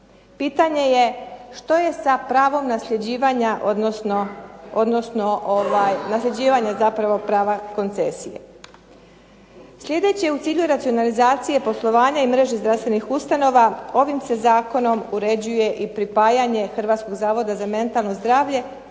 Pitanje je što je sa pravom nasljeđivanja odnosno nasljeđivanja prava koncesije. Sljedeće u cilju racionalizacije poslovanja i mreže zdravstvenih ustanova ovim se zakonom uređuje i pripajanje Hrvatskog zavoda za mentalno zdravlje